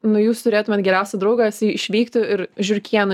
nu jūs turėtumėt geriausią draugą jisai išvyktų ir žiurkėnu